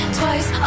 twice